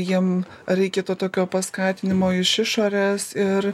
jiem reikėtų tokio paskatinimo iš išorės ir